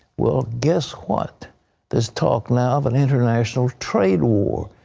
well, guess what? there is talk now of an international trade war.